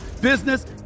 business